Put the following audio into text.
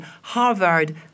Harvard